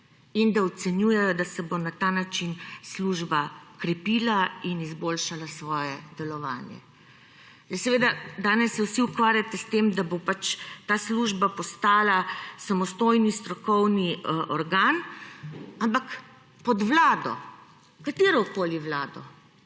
in da ocenjuje, da se bo na ta način služba krepila in izboljšala svoje delovanje. In seveda, danes se vsi ukvarjate s tem, da bo ta služba postala samostojni strokovni organ, ampak, pod Vlado, katerokoli vlado.